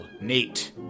Nate